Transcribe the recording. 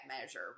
measure